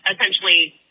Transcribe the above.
essentially